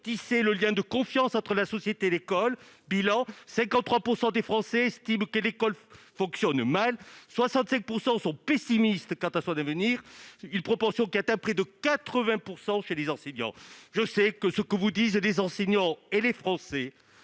retisser le lien de confiance entre la société, l'école, bilan 53 % des Français estiment que l'école fonctionne mal, 65 % sont pessimistes quant à son devenir, une proportion qui atteint près de 80 % chez les enseignants, je sais que ce que vous disent les enseignants et les Français